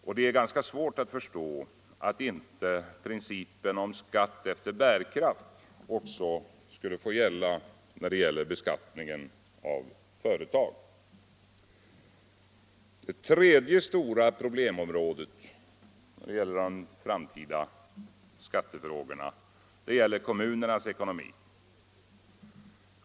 Och det är ganska svårt att förstå att inte principen om skatt efter bärkraft också skall få gälla i fråga om beskattningen av företag. Det tredje stora problemområdet gäller kommunernas ekonomi.